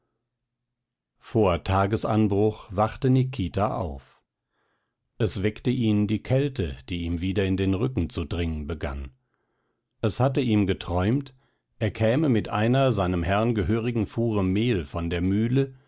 vor tagesanbruch wachte nikita auf es weckte ihn die kälte die ihm wieder in den rücken zu dringen begann es hatte ihm geträumt er käme mit einer seinem herrn gehörigen fuhre mehl von der mühle